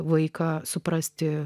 vaiką suprasti